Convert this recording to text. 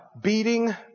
beating